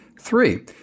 Three